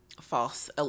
False